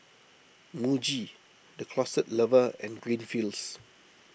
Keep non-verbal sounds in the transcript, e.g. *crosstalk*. Muji the Closet Lover and green *unintelligible* fields